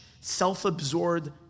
self-absorbed